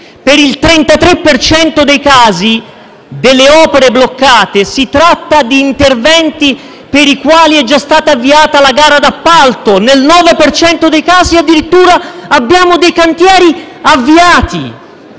per cento dei casi delle opere bloccate, si tratta di interventi per i quali è già stata avviata la gara d'appalto; nel 9 per cento dei casi, addirittura, abbiamo dei cantieri avviati.